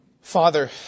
Father